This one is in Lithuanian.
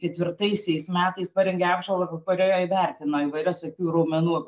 ketvirtaisiais metais parengė apžvalgą kurioje įvertino įvairias akių ir raumenų